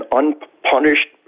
unpunished